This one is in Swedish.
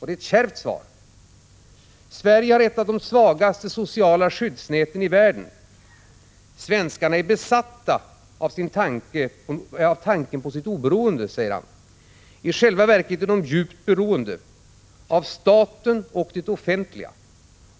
Det är ett kärvt svar han ger: ”Sverige har ett av de svagaste sociala skyddsnäten i världen. Svenskarna är besatta av tanken på sitt oberoende. I själva verket är de djupt beroende — av staten och det offentliga.